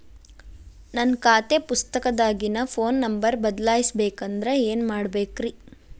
ನನ್ನ ಖಾತೆ ಪುಸ್ತಕದಾಗಿನ ಫೋನ್ ನಂಬರ್ ಬದಲಾಯಿಸ ಬೇಕಂದ್ರ ಏನ್ ಮಾಡ ಬೇಕ್ರಿ?